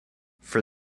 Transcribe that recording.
for